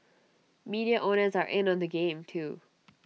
media owners are in on the game too